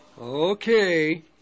Okay